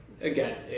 again